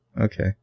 Okay